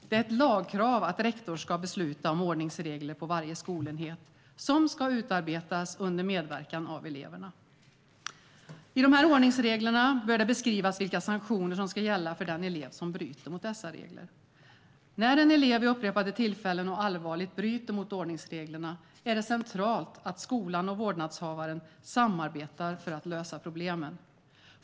Det är ett lagkrav att rektor ska besluta om ordningsregler på varje skolenhet, och de ska utarbetas under medverkan av eleverna. I dessa ordningsregler bör det beskrivas vilka sanktioner som ska gälla för den elev som bryter mot dem. När en elev vid upprepade tillfällen och allvarligt bryter mot ordningsreglerna är det centralt att skolan och vårdnadshavaren samarbetar för att lösa problemen.